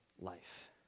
life